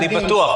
אני בטוח.